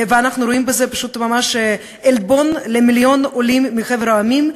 ואנחנו רואים בזה פשוט ממש עלבון למיליון עולים מחבר העמים,